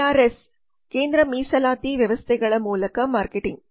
CRS ಕೇಂದ್ರ ಮೀಸಲಾತಿ ವ್ಯವಸ್ಥೆಗಳ ಮೂಲಕ ಮಾರ್ಕೆಟಿಂಗ್